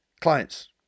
clients